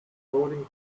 coding